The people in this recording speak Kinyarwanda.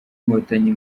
inkotanyi